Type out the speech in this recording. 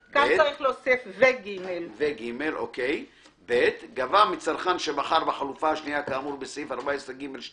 14ג2(ב) ו-(ג); גבה מצרכן שבחר בחלופה השנייה כאמור בסעיף 14ג2